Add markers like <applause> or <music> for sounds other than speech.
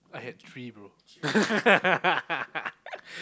I had three bro <laughs>